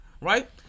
right